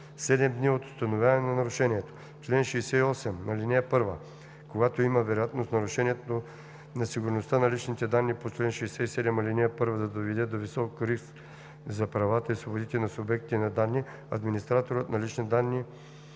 от 7 дни от установяването на нарушението. Чл. 68. (1) Когато има вероятност нарушението на сигурността на личните данни по чл. 67, ал. 1 да доведе до висок риск за правата и свободите на субектите на данни, администраторът на лични данни